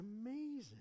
amazing